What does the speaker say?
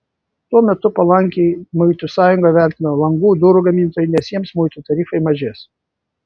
tuo metu palankiai muitų sąjungą vertina langų durų gamintojai nes jiems muitų tarifai mažės